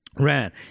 ran